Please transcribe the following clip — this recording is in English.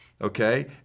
okay